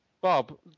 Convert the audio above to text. Bob